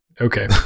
okay